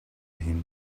him